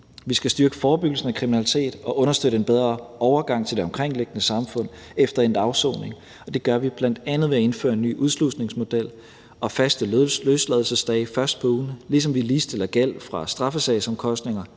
Vi skal styrke forebyggelsen af kriminalitet og understøtte en bedre overgang til det omkringliggende samfund efter endt afsoning, og det gør vi bl.a. ved at indføre en ny udslusningsmodel og faste løsladelsesdage først på ugen, ligesom vi ligestiller gæld fra straffesagsomkostninger